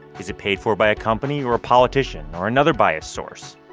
is it paid for by a company or a politician or another biased source?